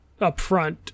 upfront